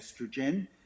estrogen